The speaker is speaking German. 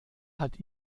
hat